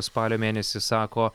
spalio mėnesį sako